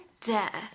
death